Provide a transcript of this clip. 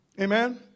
Amen